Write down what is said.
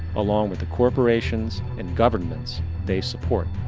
along with the corporations and governments they support.